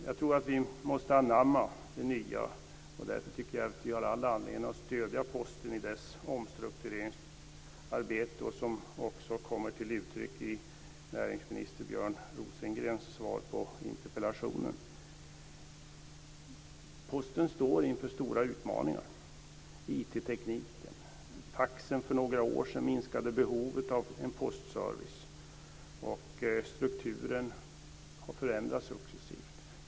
Jag tror att vi måste anamma det nya, och därför tycker jag att vi har all anledning att stödja Posten i dess omstruktureringsarbete som också kommer till uttryck i näringsminister Posten står inför stora utmaningar i och med IT tekniken och för några år sedan med faxen, som minskade behovet av en postservice. Strukturen har förändrats successivt.